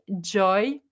joy